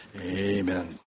amen